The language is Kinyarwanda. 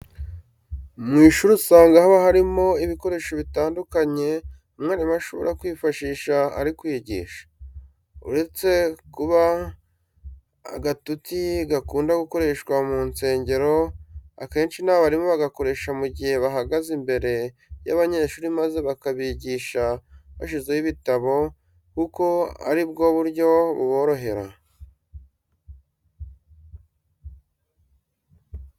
Mu ishuri usanga haba harimo ibikoresho bitandukanye umwarimu ashobora kwifashisha ari kwigisha. Uretse kuba agatuti gakunda gukoreshwa mu nsengero, akenshi n'abarimu bagakoresha mu gihe bahagaze imbere y'abanyeshuri maze bakabigisha bashyizeho ibitabo kuko ari bwo buryo buborohera.